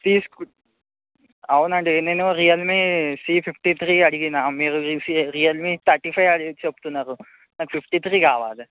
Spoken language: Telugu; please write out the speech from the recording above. అవునండి నేను రియల్మీ సీ ఫిఫ్టీ త్రీ అడిగిన మీరు రియల్మీ థర్టీ ఫైవ్ చెప్తున్నారు నాకు ఫిఫ్టీ త్రీ కావాలి